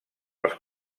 els